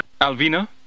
Alvina